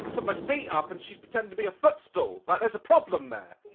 put my feet up and she's pretending to be a footstool, like, there's a problem there